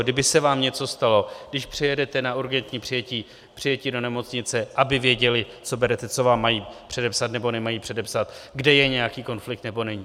Kdyby se vám něco stalo, když přijedete na urgentní přijetí do nemocnice, aby věděli, co berete, co vám mají předepsat nebo nemají předepsat, kde je nějaký konflikt nebo není.